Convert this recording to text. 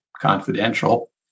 confidential